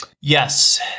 Yes